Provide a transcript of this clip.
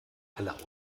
alle